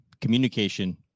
communication